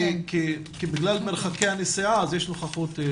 בגלל מרחקי הנסיעה, אז יש נוכחות.